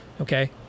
Okay